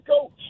coach